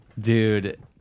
Dude